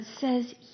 says